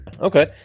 Okay